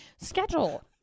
schedule